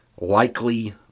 Likely